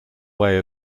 way